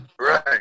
Right